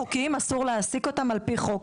ואסור להעסיק עובדים חוקיים על פי חוק.